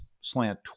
slant